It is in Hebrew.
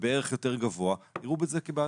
ובערך יותר גבוה יראו את זה כבעלות.